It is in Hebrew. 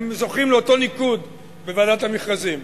הם זוכים לאותו ניקוד בוועדת המכרזים.